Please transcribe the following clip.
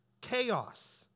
chaos